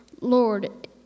Lord